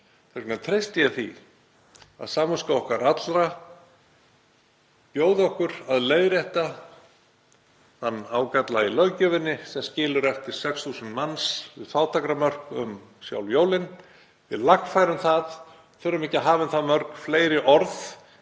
vegna treysti ég því að samviska okkar allra bjóði okkur að leiðrétta þann ágalla í löggjöfinni sem skilur eftir 6.000 manns við fátækramörk um sjálf jólin. Við lagfærum það, þurfum ekki að hafa um það mörg fleiri orð